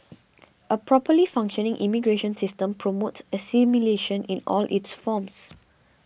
a properly functioning immigration system promotes assimilation in all its forms